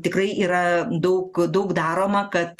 tikrai yra daug daug daroma kad